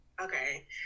Okay